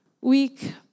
week